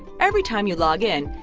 every time you log in,